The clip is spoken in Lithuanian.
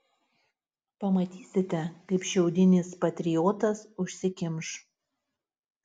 pamatysite kaip šiaudinis patriotas užsikimš